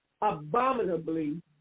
abominably